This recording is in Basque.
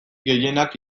gehienak